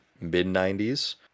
mid-90s